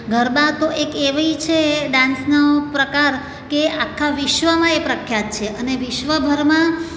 ગરબા તો એક એવી છે ડાન્સનો પ્રકાર કે આખા વિશ્વમાં એ પ્રખ્યાત છે અને વિશ્વભરમાં